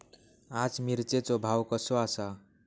आज मिरचेचो भाव कसो आसा?